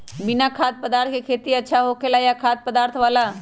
बिना खाद्य पदार्थ के खेती अच्छा होखेला या खाद्य पदार्थ वाला?